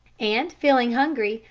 and, feeling hungry,